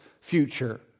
future